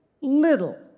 little